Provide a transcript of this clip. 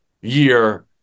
year